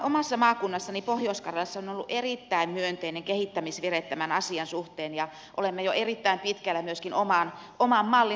omassa maakunnassani pohjois karjalassa on ollut erittäin myönteinen kehittämisvire tämän asian suhteen ja olemme jo erittäin pitkällä myöskin oman mallin rakentamisessa